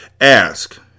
Ask